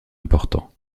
important